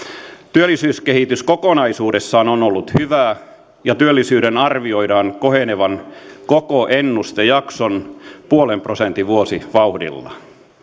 työllisyyskehitys kokonaisuudessaan on ollut hyvää ja työllisyyden arvioidaan kohenevan koko ennustejakson puolen prosentin vuosivauhdilla